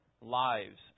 lives